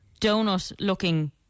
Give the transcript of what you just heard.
donut-looking